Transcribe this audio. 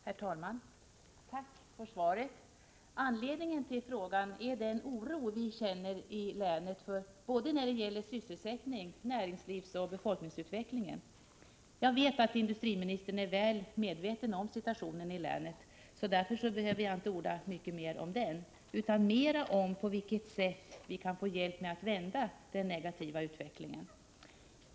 Herr talman! Tack för svaret! Anledningen till frågan är den oro som vi känner i länet både när det gäller sysselsättning och när det gäller näringslivsoch befolkningsutveckling. Jag vet att industriministern är väl medveten om situationen i länet, och därför behöver jag inte orda mycket om den, utan kan mera gå in på frågan på vilket sätt vi kan få hjälp med att vända den negativa utvecklingen.